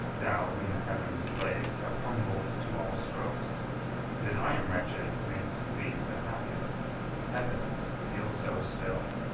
thou whom the heavens' plagues have humbled to all strokes that i am wretched makes thee the happier heavens, deal so still!